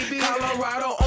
Colorado